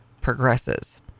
progresses